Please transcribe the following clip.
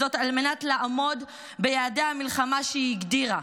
על מנת לעמוד ביעדי המלחמה שהיא הגדירה: